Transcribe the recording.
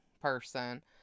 person